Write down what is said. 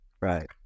Right